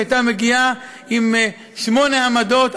שהייתה מגיעה עם שמונה עמדות,